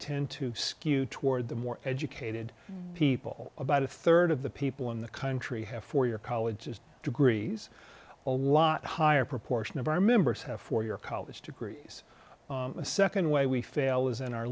tend to skew toward the more educated people about a rd of the people in the country have four year colleges degrees a lot higher proportion of our members have four year college degrees a nd way we fail is in our